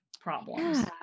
problems